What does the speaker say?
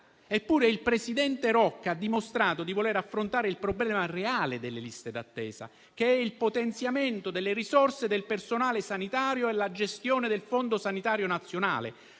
Eppure il presidente Rocca ha dimostrato di voler affrontare il problema reale delle liste d'attesa, che è il potenziamento delle risorse del personale sanitario e la gestione del Fondo sanitario nazionale.